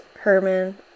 Herman